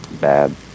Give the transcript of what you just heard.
Bad